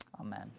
Amen